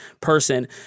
person